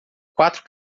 quatro